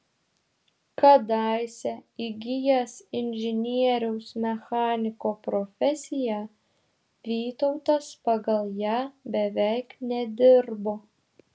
kadaise įgijęs inžinieriaus mechaniko profesiją vytautas pagal ją beveik nedirbo